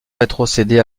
rétrocédés